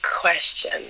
question